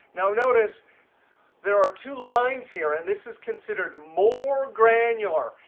now, notice there are two lines here. and this is considered more granular.